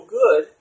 good